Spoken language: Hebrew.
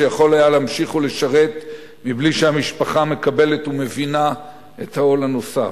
שיכול היה להמשיך ולשרת בלי שהמשפחה מקבלת ומבינה את העול הנוסף,